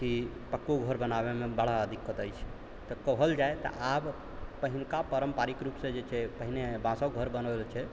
कि पक्को घर बनाबैमे बड़ा दिक्कत अछि तऽ कहल जाइ आब पहिलुका पारम्परिक रूपसँ जे छै पहिले बाँसके घर बनबै छलै